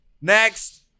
Next